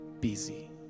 busy